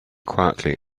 quietly